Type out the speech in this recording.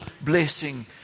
blessing